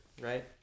right